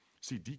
See